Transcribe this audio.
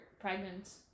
pregnant